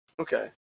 Okay